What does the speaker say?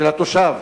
של התושב,